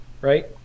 right